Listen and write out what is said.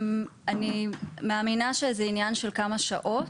אני מאמינה שזה עניין של כמה שעות.